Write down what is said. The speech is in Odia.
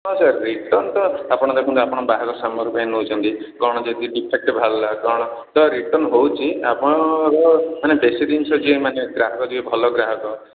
ହଁ ସାର୍ ରିଟର୍ଣ୍ଣ ତ ଆପଣ ଦେଖନ୍ତୁ ଆପଣ ବାହାଘର ପାଇଁ ନେଉଛନ୍ତି କଣ ଯଦି ଡ଼ିଫେକ୍ଟ ବାହାରିଲା ତ ରିଟର୍ଣ୍ଣ ହେଉଛି ଆପଣର ମାନେ ବେଶୀ ଜିନିଷ ଯିଏ ମାନେ ଗ୍ରାହକ ଯିଏ ଭଲ ଗ୍ରାହକ